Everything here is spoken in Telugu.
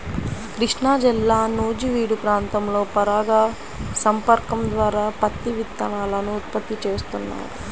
కృష్ణాజిల్లా నూజివీడు ప్రాంతంలో పరాగ సంపర్కం ద్వారా పత్తి విత్తనాలను ఉత్పత్తి చేస్తున్నారు